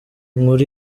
nkuru